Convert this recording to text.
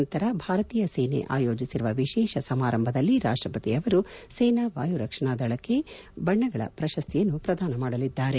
ನಂತರ ಭಾರತೀಯ ಸೇನೆ ಆಯೋಜಿಸಿರುವ ವಿಶೇಷ ಸಮಾರಂಭದಲ್ಲಿ ರಾಷ್ಟ್ರಪತಿ ಅವರು ಸೇನಾ ವಾಯು ರಕ್ಷಣಾ ದಳಕ್ಕೆ ರಾಷ್ಟ್ರಪತಿ ಬಣ್ಣಗಳ ಪ್ರಶಸ್ತಿಯನ್ನು ಪ್ರದಾನ ಮಾಡಲಿದ್ದಾರೆ